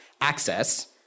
access